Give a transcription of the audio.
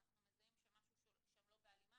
אנחנו מזהים שמשהו שם לא בהלימה,